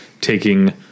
taking